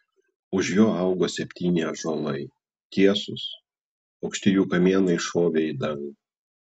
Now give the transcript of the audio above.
už jo augo septyni ąžuolai tiesūs aukšti jų kamienai šovė į dangų